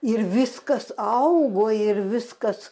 ir viskas augo ir viskas